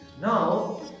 Now